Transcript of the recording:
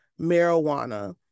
marijuana